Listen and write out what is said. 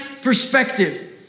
perspective